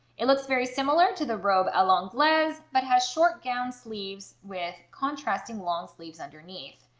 it looks very similar to the robe a l'anglaise but has short gown sleeves with contrasting long sleeves underneath.